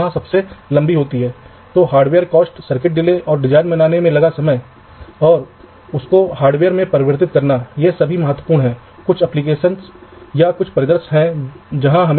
देखें कि यह ग्रिड संरचना मानक सेल प्रकार के डिजाइनों के लिए बहुत उपयुक्त है बस हमें इस मानक सेल डिज़ाइन को याद करने दें ताकि आप सराहना कर सकें कि आपको इसकी आवश्यकता क्यों है